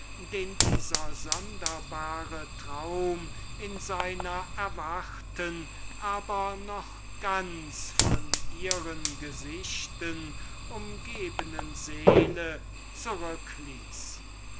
den dieser sonderbare traum in seiner erwachten aber noch ganz von ihren gesichten umgebnen seele